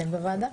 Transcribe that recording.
אתם בוועדה.